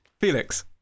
Felix